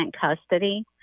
custody